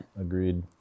agreed